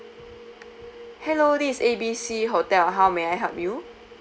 hello this is A B C hotel how may I help you